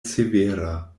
severa